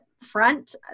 front